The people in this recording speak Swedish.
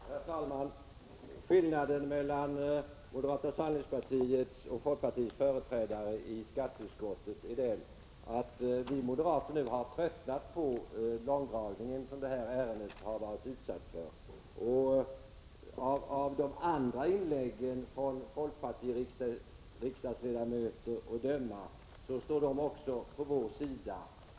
Herr talman! Skillnaden mellan moderata samlingspartiets och folkpartiets företrädare i skatteutskottet är att vi moderater nu har tröttnat på den långdragning som detta ärende har varit utsatt för. Att döma av de andra inläggen från folkpartiledamöter står också de på vår sida.